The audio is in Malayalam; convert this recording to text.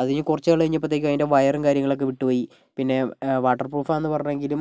അത് കഴിഞ്ഞ് കുറച്ച് നാൾ കഴിഞ്ഞപ്പോഴത്തേക്കും അതിൻ്റെ വയറും കാര്യങ്ങളൊക്കെ വിട്ട് പോയി പിന്നെ വാട്ടർ പ്രൂഫാ എന്ന് പറഞ്ഞെങ്കിലും